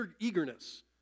eagerness